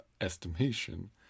estimation